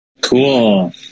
Cool